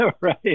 Right